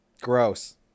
Gross